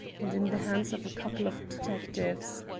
and in the hands of a couple of detectives.